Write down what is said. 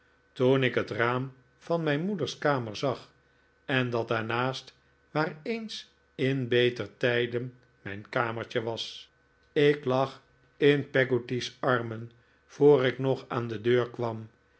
toen ik het raam van mijn moeders kamer zag en dat daarnaast waar eens in beter tijden mijn kamertje was ik lag in peggotty's armen voor ik nog aan de deur kwam